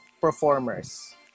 performers